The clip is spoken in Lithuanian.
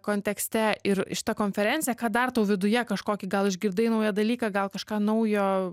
kontekste ir šita konferencija ką dar tau viduje kažkokį gal išgirdai naują dalyką gal kažką naujo